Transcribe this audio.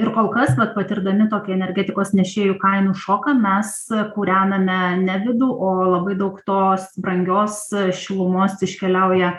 ir kol kas vat patirdami tokį energetikos nešėjų kainų šoką mes kūrename ne vidų o labai daug tos brangios šilumos iškeliauja